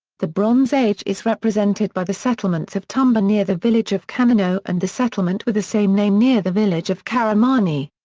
the bronze age is represented by the settlements of tumba near the village of kanino and the settlement with the same name near the village of karamani.